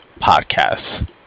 podcast